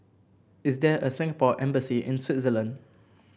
is there a Singapore Embassy in Switzerland